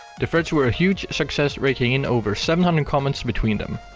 the threads were a huge success, raking in over seven hundred comments between them.